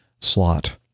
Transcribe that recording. slot